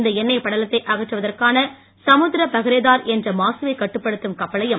இந்த எண்ணைப் படலத்தை அகற்றுவதற்கான சமுத்திர பகரேதார் என்ற மாசுவை கட்டுப்படுத்தும் கப்பலையும்